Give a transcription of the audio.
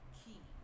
key